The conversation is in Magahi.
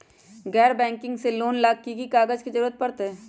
गैर बैंकिंग से लोन ला की की कागज के जरूरत पड़तै?